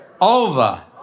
over